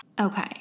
okay